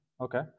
Okay